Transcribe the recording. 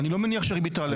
אני לא מניח שהריבית תעלה,